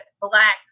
black